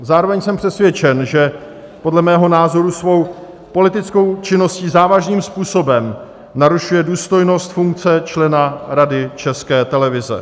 Zároveň jsem přesvědčen, že podle mého názoru svou politickou činností závažným způsobem narušuje důstojnost funkce člena Rady České televize.